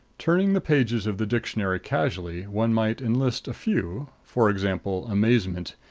turning the pages of the dictionary casually, one might enlist a few for example, amazement,